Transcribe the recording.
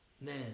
Man